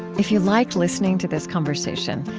if you like listening to this conversation,